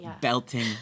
belting